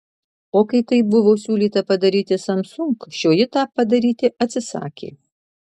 o kai tai buvo siūlyta padaryti samsung šioji tą padaryti atsisakė